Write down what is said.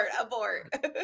Abort